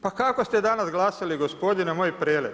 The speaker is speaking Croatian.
Pa kako ste danas glasali gospodine moj Prelec?